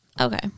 Okay